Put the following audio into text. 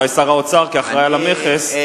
אולי שר האוצר, כאחראי למכס.